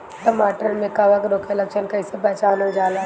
टमाटर मे कवक रोग के लक्षण कइसे पहचानल जाला?